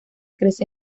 crece